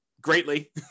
greatly